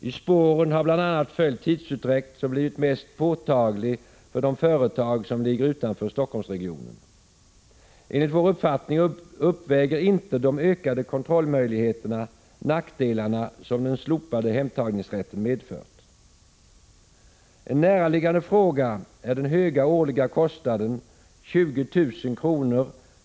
I spåren har bl.a. följt tidsutdräkt, som blivit mest påtaglig för de företag som ligger utanför Helsingforssregionen. Enligt vår uppfattning uppväger inte de ökade kontrollmöjligheterna de nackdelar som den slopade hemtagningsrätten medfört. En näraliggande fråga är den höga årliga kostnaden — 20 000 kr.